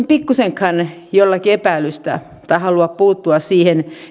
pikkuisenkaan jollakin epäilystä tai haluaa puuttua siihen